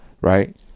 Right